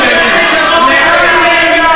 חבר הכנסת פרי,